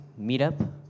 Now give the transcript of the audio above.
meetup